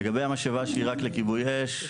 לגבי המשאבה שהיא רק לכיבוי אש,